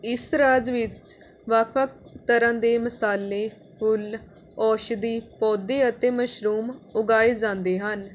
ਇਸ ਰਾਜ ਵਿੱਚ ਵੱਖ ਵੱਖ ਤਰ੍ਹਾਂ ਦੇ ਮਸਾਲੇ ਫੁੱਲ ਔਸ਼ਧੀ ਪੌਦੇ ਅਤੇ ਮਸ਼ਰੂਮ ਉਗਾਏ ਜਾਂਦੇ ਹਨ